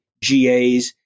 GAs